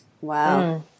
Wow